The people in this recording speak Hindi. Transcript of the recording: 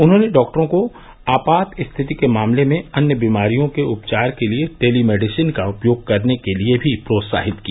उन्होंने डॉक्टरों को आपात स्थिति के मामले में अन्य बीमारियों के उपचार के लिए टेलीमेडिसन का उपयोग करने के लिए भी प्रोत्साहित किया